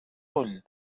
ull